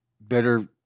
better